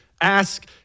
Ask